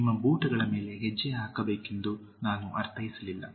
ನಿಮ್ಮ ಬೂಟುಗಳ ಮೇಲೆ ಹೆಜ್ಜೆ ಹಾಕಬೇಕೆಂದು ನಾನು ಅರ್ಥೈಸಲಿಲ್ಲ